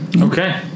Okay